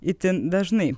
itin dažnai